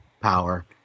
power